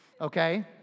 okay